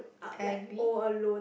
I agree